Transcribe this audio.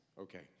Okay